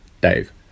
Dave